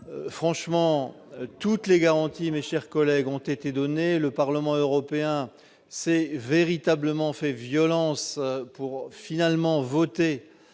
Franchement, toutes les garanties ont été données. Le Parlement européen s'est véritablement fait violence pour finalement adopter